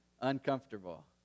uncomfortable